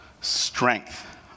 strength